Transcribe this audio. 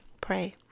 pray